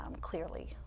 clearly